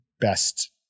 best